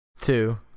two